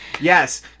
Yes